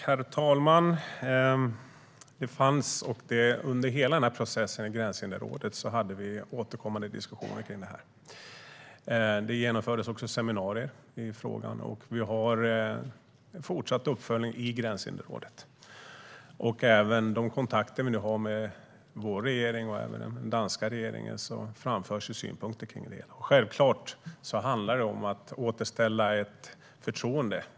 Herr talman! Under hela processen i Gränshinderrådet hade vi återkommande diskussioner om det här. Det genomfördes också seminarier i frågan, och vi har en fortsatt uppföljning i Gränshinderrådet. Även i de kontakter vi nu har med vår regering och den danska regeringen framförs synpunkter kring det. Självklart handlar det om att återställa ett förtroende.